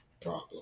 problem